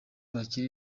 bakiri